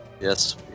Yes